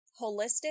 Holistic